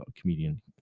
comedian